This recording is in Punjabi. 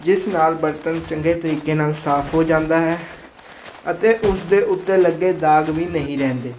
ਜਿਸ ਨਾਲ ਬਰਤਨ ਚੰਗੇ ਤਰੀਕੇ ਨਾਲ ਸਾਫ ਹੋ ਜਾਂਦਾ ਹੈ ਅਤੇ ਉਸਦੇ ਉੱਤੇ ਲੱਗੇ ਦਾਗ ਵੀ ਨਹੀਂ ਰਹਿੰਦੇ